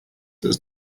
does